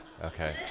Okay